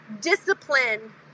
discipline